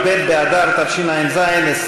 באדר תשע"ז,